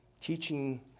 teaching